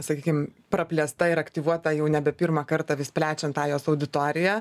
sakykim praplėsta ir aktyvuota jau nebe pirmą kartą vis plečiant tą jos auditoriją